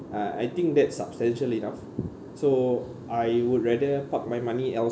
uh I think that's substantial enough so I would rather pop my money else